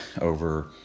over